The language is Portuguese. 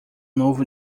novo